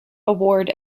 award